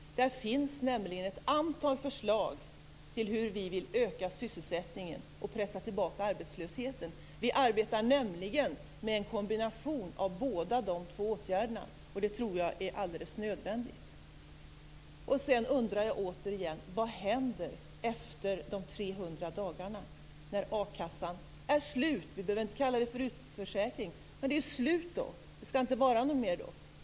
Där finns nämligen ett antal förslag som visar hur vi vill öka sysselsättningen och pressa tillbaka arbetslösheten. Vi arbetar nämligen med en kombination av båda de åtgärderna. Det tror jag är alldeles nödvändigt. Sedan undrar jag återigen: Vad händer efter de 300 dagarna, när a-kassan är slut? Vi behöver inte kalla det för utförsäkring. Men det är ju slut då, det skall inte vara något mer.